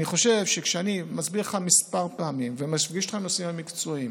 אני חושב שכשאני מסביר לך כמה פעמים ומפגיש אותך עם הגורמים המקצועיים,